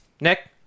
Nick